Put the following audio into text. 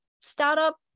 startup